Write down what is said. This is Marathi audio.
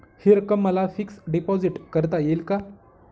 हि रक्कम मला फिक्स डिपॉझिट करता येईल का?